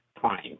time